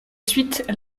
suite